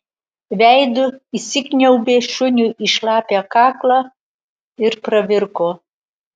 veidu įsikniaubė šuniui į šlapią kaklą ir pravirko